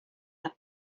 had